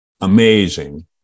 amazing